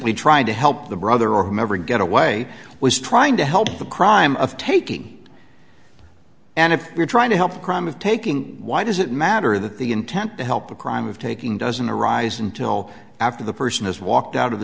y trying to help the brother or whomever get away was trying to help the crime of taking and if you're trying to help crime of taking why does it matter that the intent to help the crime of taking doesn't arise until after the person has walked out of the